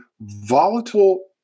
volatile